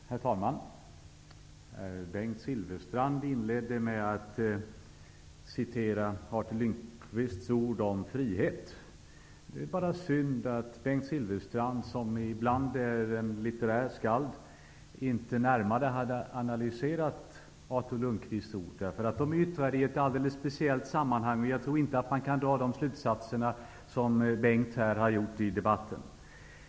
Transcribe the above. Herr talman! Bengt Silfverstrand inledde med att citera Artur Lundkvists ord om frihet. Det är bara synd att Bengt Silfverstrand, som ibland visat sig vara en litterär skald, inte närmare hade analyserat Artur Lundkvists ord. Orden är nämligen yttrade i ett alldeles speciellt sammanhang, och jag tror inte att man kan dra de slutsatser som Bengt Silfverstrand har dragit här i debatten.